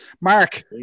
Mark